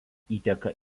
įteka